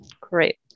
Great